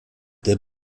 der